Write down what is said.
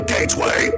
Gateway